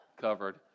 covered